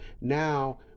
now